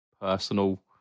personal